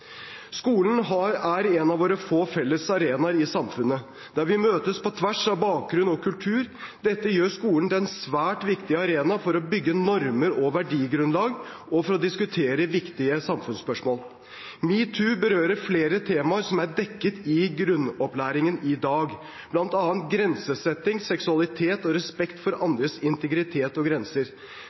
Skolen er en av våre få fellesarenaer i samfunnet, der vi møtes på tvers av bakgrunn og kultur. Dette gjør skolen til en svært viktig arena for å bygge normer og verdigrunnlag og for å diskutere viktige samfunnsspørsmål. Metoo berører flere temaer som er dekket i grunnopplæringen i dag, bl.a. grensesetting, seksualitet og respekt for andres integritet og grenser.